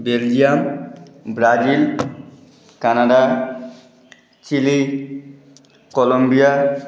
Belgium Brazil Canada Chile Columbia